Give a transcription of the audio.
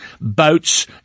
boats